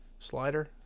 Slider